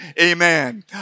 Amen